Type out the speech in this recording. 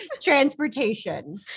Transportation